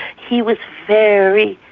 he was very,